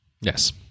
Yes